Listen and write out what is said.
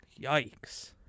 Yikes